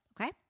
okay